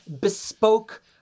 bespoke